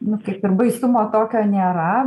nu kaip ir baisumo tokio nėra